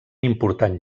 important